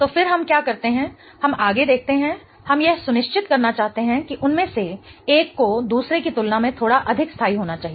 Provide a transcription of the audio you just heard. तो फिर हम क्या करते हैं हम आगे देखते हैं हम यह सुनिश्चित करना चाहते हैं कि उनमें से एक को दूसरे की तुलना में थोड़ा अधिक स्थाई होना चाहिए